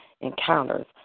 encounters